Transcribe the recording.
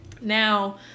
Now